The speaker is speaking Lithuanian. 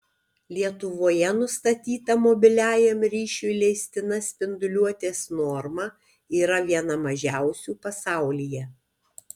lietuvoje nustatyta mobiliajam ryšiui leistina spinduliuotės norma yra viena mažiausių pasaulyje